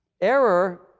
Error